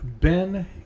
Ben